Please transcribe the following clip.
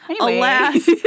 Alas